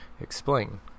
explain